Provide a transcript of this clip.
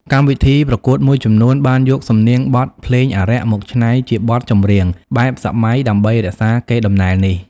កម្មវិធីប្រកួតមួយចំនួនបានយកសំនៀងបទភ្លេងអារក្សមកច្នៃជាបទចម្រៀងបែបសម័យដើម្បីរក្សាកេរ្តិ៍ដំណែលនេះ។